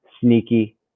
sneaky